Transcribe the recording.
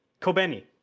Kobeni